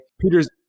Peters